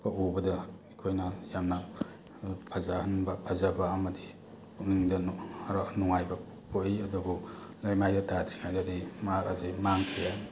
ꯄ ꯎꯕꯗ ꯑꯩꯈꯣꯏꯅ ꯌꯥꯝꯅ ꯐꯖꯍꯟꯕ ꯐꯖꯕ ꯑꯃꯗꯤ ꯄꯨꯛꯅꯤꯡꯗ ꯅꯨꯡꯉꯥꯏꯕ ꯄꯣꯛꯏ ꯑꯗꯨꯕꯨ ꯂꯩꯃꯥꯏꯗ ꯇꯥꯗ꯭ꯔꯤꯉꯥꯏꯗꯗꯤ ꯃꯍꯥꯛ ꯑꯁꯤ ꯃꯥꯡꯈꯤ